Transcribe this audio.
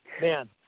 man